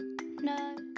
No